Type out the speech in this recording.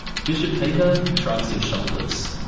bishop peter shrugs his shoulders.